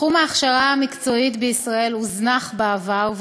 תחום ההכשרה המקצועית בישראל הוזנח בעבר,